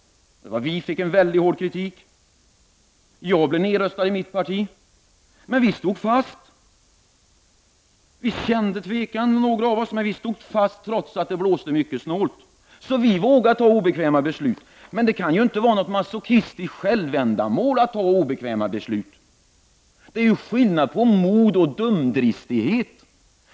Vi fick väldigt hård kritik för detta. Jag själv blev nedröstad i mitt parti, men föjde partiets demokratiskt fattade beslut. Visst kände jag tvekan, men vi stod fast trots att det blåste mycket snålt. Vi vågar alltså fatta obekväma beslut, men det kan inte vara något masochistiskt självändamål att fatta obekväma beslut. Det är skillnad på mod och dumdristighet.